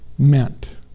Meant